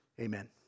amen